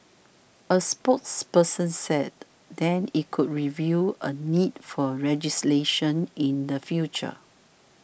a spokesperson said then it could review a need for legislation in the future